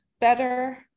better